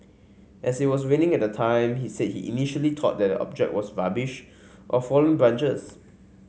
as it was raining at the time he said he initially thought that the object was rubbish or fallen branches